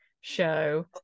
show